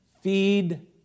Feed